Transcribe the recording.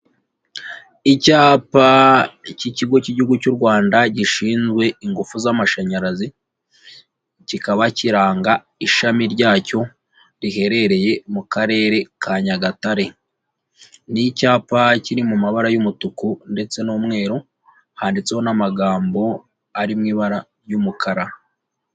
Icyapa cy'ikigo cy'igihugu cy'u Rwanda gishinzwe ingufu z'amashanyarazi kikaba kiranga ishami ryacyo riherereye mu Karere ka Nyagatare, ni icyapa kiri mu mabara y'umutuku ndetse n'umweru handitseho n'amagambo ari mu ibara ry'umukara.